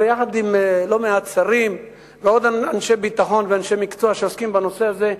יחד עם לא מעט שרים ועוד אנשי ביטחון ואנשי מקצוע שעוסקים בנושא הזה,